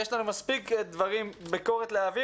יש לנו מספיק ביקורת להעביר,